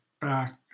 back